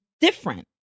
different